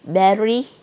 berry